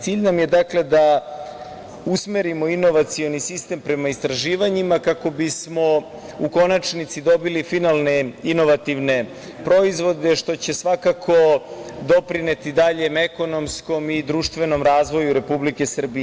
Cilj nam je da usmerimo inovacioni sistem prema istraživanjima kako bismo u konačnici dobili finalne inovativne proizvode što će svakako doprineti daljem ekonomskom i društvenom razvoju Republike Srbije.